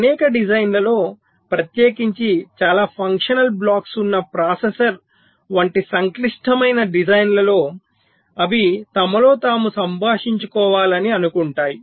అనేక డిజైన్లలో ప్రత్యేకించి చాలా ఫంక్షనల్ బ్లాక్స్ ఉన్న ప్రాసెసర్ వంటి సంక్లిష్టమైన డిజైన్ లలో అవి తమలో తాము సంభాషించుకోవాలని అనుకుంటాయి